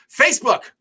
Facebook